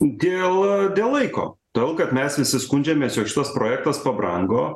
dėl dėl laiko todėl kad mes visi skundžiamės jog šitas projektas pabrango